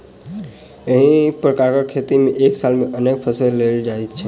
एहि प्रकारक खेती मे एक साल मे अनेक फसिल लेल जाइत छै